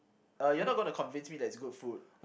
uh you are not going to convince me that it's good food